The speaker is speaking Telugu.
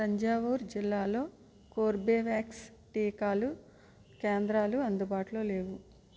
తంజావూర్ జిల్లాలో కోర్బేవ్యాక్స్ టీకాలు కేంద్రాలు అందుబాటులో లేవు